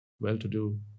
well-to-do